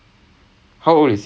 but